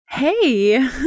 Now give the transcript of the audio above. Hey